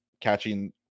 catching